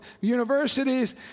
universities